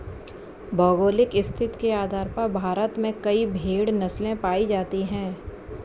भौगोलिक स्थिति के आधार पर भारत में कई भेड़ नस्लें पाई जाती हैं